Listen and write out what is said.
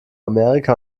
amerika